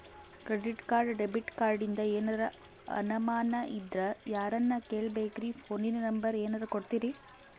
Credit card, debit ಕಾರ್ಡಿಂದ ಏನರ ಅನಮಾನ ಇದ್ರ ಯಾರನ್ ಕೇಳಬೇಕ್ರೀ, ಫೋನಿನ ನಂಬರ ಏನರ ಕೊಡ್ತೀರಿ?